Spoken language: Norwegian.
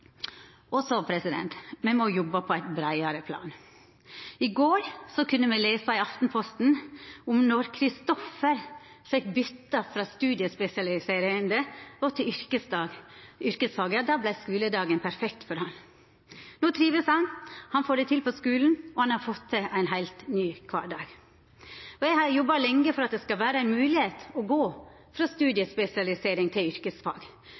må me jobba på eit breiare plan. I går kunne me lesa i Aftenposten om at då Kristoffer fekk bytt frå studiespesialiserande til yrkesfag, vart skuledagen perfekt for han. No trivst han. Han får det til på skulen, og han har fått ein heilt ny kvardag. Eg har jobba lenge for at det skal vera mogleg å gå frå studiespesialisering til